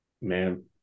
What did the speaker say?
Man